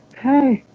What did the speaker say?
hey!